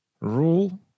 rule